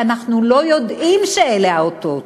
כי אנחנו לא יודעים שאלה האותות.